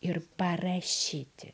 ir parašyti